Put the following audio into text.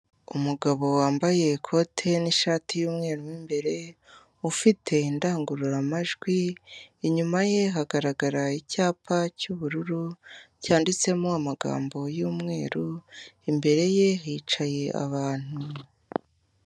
Umugabo wambaye ikote n'ishati y'umweru mo imbere, ufite indangururamajwi, inyuma ye hagaragara icyapa cy'ubururu cyanditsemo amagambo y'umweru, imbere ye hicaye abantu.